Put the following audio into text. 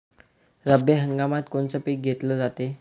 रब्बी हंगामात कोनचं पिक घेतलं जाते?